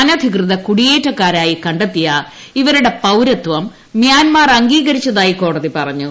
അനധികൃത കുടിയേറ്റക്കാരായി ക െത്തിയ ഇവരുടെ പൌരത്വം മൃാൻമാർ അംഗീകരിച്ചതായി കോടതി പറഞ്ഞു